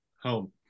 home